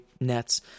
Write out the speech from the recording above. nets